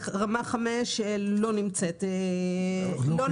רמה 5 לא קיימת